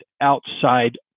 outside